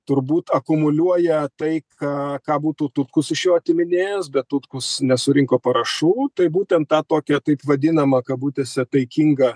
turbūt akumuliuoja tai ką ką būtų tutkus iš jo atiminėjęs bet tutkus nesurinko parašų tai būtent ta tokia taip vadinama kabutėse taikinga